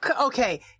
okay